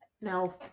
No